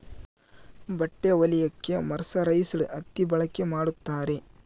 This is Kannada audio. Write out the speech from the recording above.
ಬಟ್ಟೆ ಹೊಲಿಯಕ್ಕೆ ಮರ್ಸರೈಸ್ಡ್ ಹತ್ತಿ ಬಳಕೆ ಮಾಡುತ್ತಾರೆ